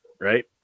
Right